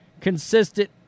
consistent